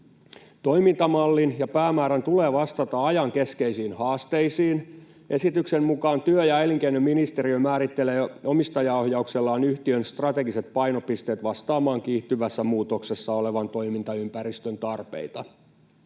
Toimintamallin ja päämäärän tulee vastata ajan keskeisiin haasteisiin. Esityksen mukaan työ- ja elinkeinoministeriö määrittelee omistajaohjauksellaan yhtiön strategiset painopisteet vastaamaan kiihtyvässä muutoksessa olevan toimintaympäristön tarpeita.